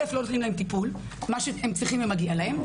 לא נותנים להם טיפול, מה שהם צריכים ומגיע להם.